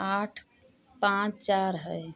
आठ पाँच चार है